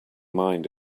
mind